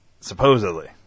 Supposedly